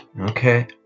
Okay